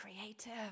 creative